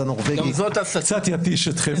אז הנורבגי קצת יתיש אתכם.